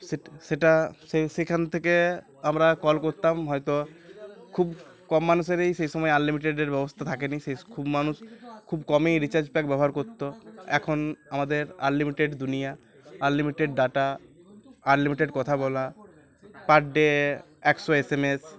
সে সেটা সে সেখান থেকে আমরা কল করতাম হয়তো খুব কম মানুষেরই সেই সময় আনলিমিটেডের ব্যবস্থা থাকে নি সে খুব মানুষ খুব কমই রিচার্জ প্যাক ব্যবহার করত এখন আমাদের আনলিমিটেড দুনিয়া আনলিমিটেড ডাটা আনলিমিটেড কথা বলা পার ডে একশো এসএমএস